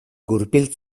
gurpil